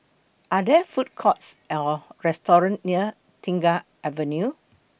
Are There Food Courts Or restaurants near Tengah Avenue